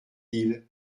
ils